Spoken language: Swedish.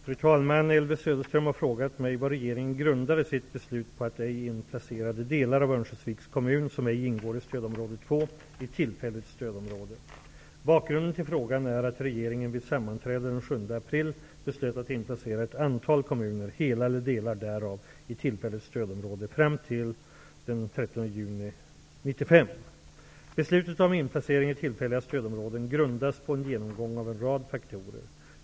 Fru talman! Elvy Söderström har frågat mig vad regeringen grundade sitt beslut på att ej inplacera de delar av Örnsköldsviks kommun som ej ingår i stödområde 2 i tillfälligt stödområde. Bakgrunden till frågan är att regeringen vid sammanträde den 7 april beslöt att inplacera ett antal kommuner, hela eller delar därav, i tillfälligt stödområde fram till den 30 juni 1995. Beslutet om inplacering i tillfälliga stödområden grundas på en genomgång av en rad faktorer.